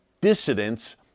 dissidents